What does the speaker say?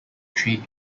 tree